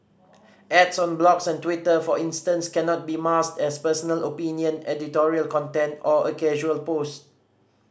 ads on blogs and Twitter for instance cannot be masked as personal opinion editorial content or a casual post